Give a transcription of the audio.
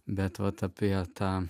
bet vat apie tą